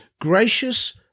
gracious